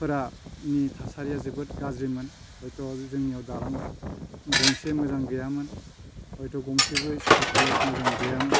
फोरनि थासारिया जोबोद गाज्रिमोन हयथ' जोंनियाव दालां गंसे मोजां गैयामोन हयथ' गंसेबो स्कुल कलेज मोजां गैयामोन